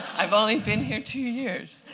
i've only been here two years